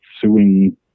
suing